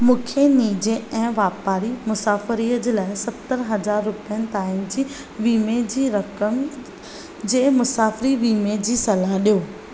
मूंखे निजु ऐं वापारी मुसाफ़रीअ जे लाइ सतरि हज़ार रुपियनि ताईं जी वीमे जी रक़म जे मुसाफ़री वीमे जी सलाह ॾियो